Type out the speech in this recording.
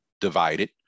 divided